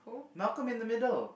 Malcolm in the Middle